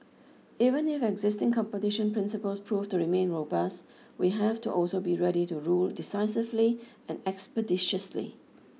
even if existing competition principles prove to remain robust we have to also be ready to rule decisively and expeditiously